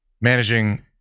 managing